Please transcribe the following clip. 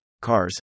CARS